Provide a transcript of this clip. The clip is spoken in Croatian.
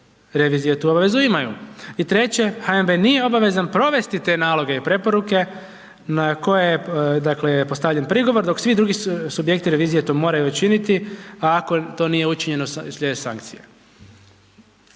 revizije tu obavezu imaju. I treće, HNB nije obavezan provesti te naloge i preporuke na koje je dakle postavljen prigovor dok svi drugi subjekti revizije to moraju učiniti a ako to nije učinjeno slijede sankcije.